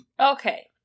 Okay